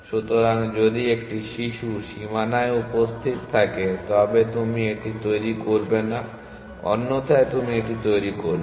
সুতরাং যদি একটি শিশু সীমানায় উপস্থিত থাকে তবে তুমি এটি তৈরি করবে না অন্যথায় তুমি এটি তৈরি করবে